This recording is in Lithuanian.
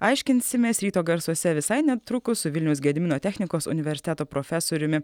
aiškinsimės ryto garsuose visai netrukus su vilniaus gedimino technikos universiteto profesoriumi